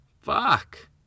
Fuck